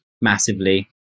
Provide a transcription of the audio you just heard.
massively